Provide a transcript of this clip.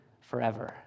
forever